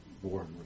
Board